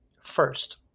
first